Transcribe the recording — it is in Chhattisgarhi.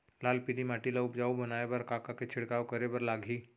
लाल पीली माटी ला उपजाऊ बनाए बर का का के छिड़काव करे बर लागही?